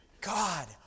God